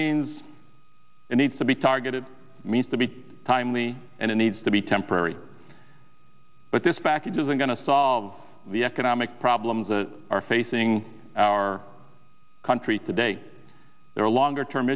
means it needs to be targeted means to be timely and it needs to be temporary but this package isn't going to solve the economic problems that are facing our country today there are longer term